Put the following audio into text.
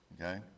Okay